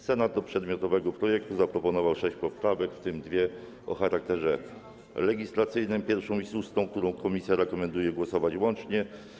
Senat do przedmiotowego projektu zaproponował sześć poprawek, w tym dwie o charakterze legislacyjnym: 1. i 6., które komisja rekomenduje głosować łącznie.